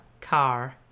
car